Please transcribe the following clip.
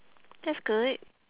that's good